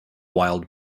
wild